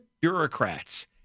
bureaucrats